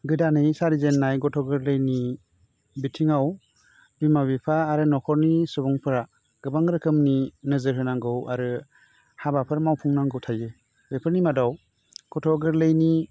गोदानै सारिजेन्नाय गथ' गोरलैनि बिथिङाव बिमा बिफा आरो नख'रनि सुबुंफ्रा गोबां रोखोमनि नोजोर होनांगौ आरो हाबाफोर मावफुंनांगौ थायो बेफोरनि मादाव गथ' गोरलैनि